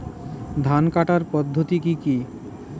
ধান কাটার পদ্ধতি কি কি?